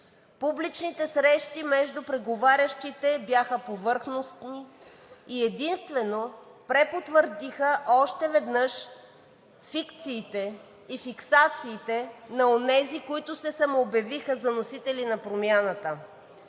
Публичните срещи между преговарящите бяха повърхностни и единствено препотвърдиха още веднъж фикциите и фиксациите на онези, които се самообявиха за носители на промяната.